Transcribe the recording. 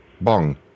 Bong